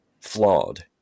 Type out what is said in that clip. flawed